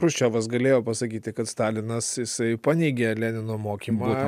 chruščiovas galėjo pasakyti kad stalinas jisai paneigė lenino mokymą